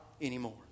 anymore